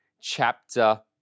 chapter